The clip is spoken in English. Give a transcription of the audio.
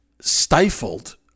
stifled